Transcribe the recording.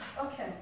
Okay